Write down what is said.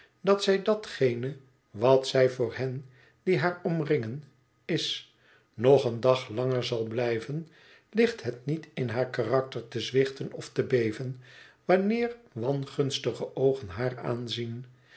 dat zij datgene wat zij voor hen die haar omringen is nog een dag langer zal blijven ligt het niet in haar karakter té zwichten ofte beven wanneer wangunstige oogen haar aanzien